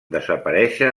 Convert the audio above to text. desaparèixer